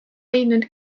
leidnud